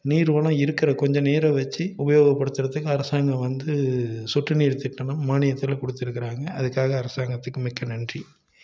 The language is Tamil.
நீர்வளம் இருக்கிற கொஞ்ச நீரை வச்சு உபயோக படுத்துறதுக்கு அரசாங்கம் வந்து சொட்டு நீர் திட்டம் மானியத்தில் கொடுத்துருக்காங்க அதுக்காக அரசாங்கத்துக்கு மிக்க நன்றி